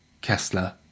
Kessler